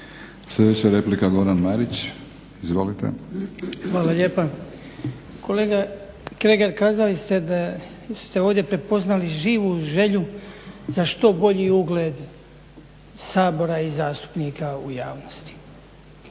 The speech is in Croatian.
Sljedeća replika, Goran Marić. Izvolite. **Marić, Goran (HDZ)** Hvala lijepa. Kolega Kregar, kazali ste da ste ovdje prepoznali živu želju za što bolji ugled Sabora i zastupnika u javnosti.